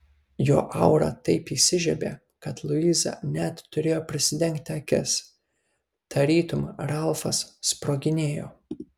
jo aura taip įsižiebė kad luiza net turėjo prisidengti akis tarytum ralfas sproginėjo